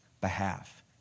behalf